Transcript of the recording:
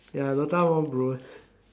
ya dota more bros